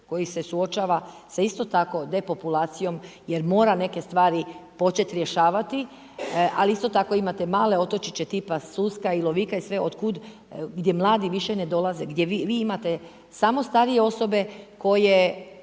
koji se suočava sa isto tako depopulacijom jer mora neke stvari početi rješavati. Ali isto tako imate male otočiće tipa Susak i Lovik i sve, otkud, gdje mladi više ne dolaze, gdje vi imate samo starije osobe koje